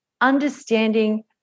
understanding